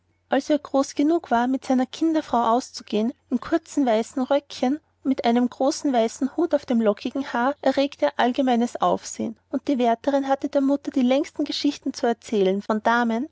als er groß genug war mit seiner kinderfrau auszugehen in einem kurzen weißen röckchen mit einem großen weißen hut auf dem lockigen haar erregte er allgemeines aufsehen und die wärterin hatte der mama die längsten geschichten zu erzählen von damen